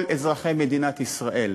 כל אזרחי מדינת ישראל